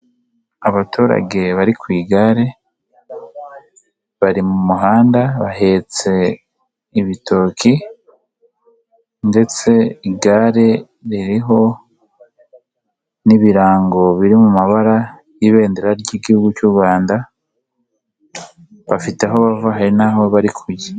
Abaturage bari ku igare, bari mu muhanda, bahetse ibitoki ndetse igare ririho n'ibirango biri mu mabara y'ibendera ry'igihugu cy'u Rwanda, bafite aho bava hari naho bari kujya.